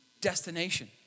destination